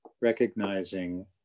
recognizing